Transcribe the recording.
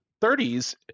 30s